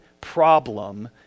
problem